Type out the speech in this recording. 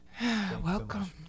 Welcome